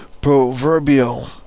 proverbial